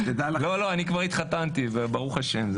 לא, אני כבר התחתנתי, ברוך השם.